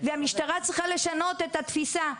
והמשטרה צריכה לשנות את התפיסה.